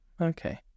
Okay